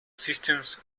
systems